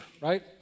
right